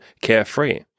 carefree